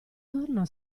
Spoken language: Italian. corna